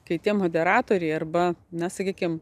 kai tie moderatoriai arba na sakykim